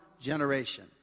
generation